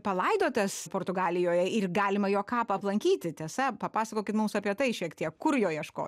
palaidotas portugalijoje ir galima jo kapą aplankyti tiesa papasakokit mums apie tai šiek tiek kur jo ieškot